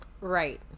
right